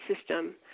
system